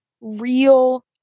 real